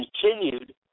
continued